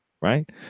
right